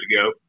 ago